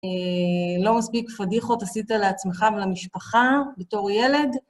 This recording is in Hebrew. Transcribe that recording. לא מספיק פדיחות עשית לעצמך ולמשפחה בתור ילד.